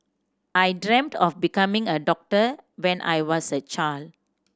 I dreamt of becoming a doctor when I was a child